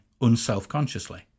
unselfconsciously